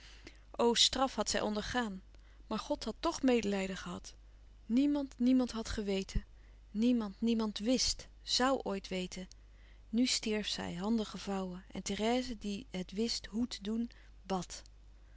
straf had zij ondergaan maar god had toch medelijden gehad niemand niemand had geweten niemand niemand wist zoû ooit weten nu stierf zij handen gevouwen en therèse die het wist hoè te doen bad